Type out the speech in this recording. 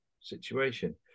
situation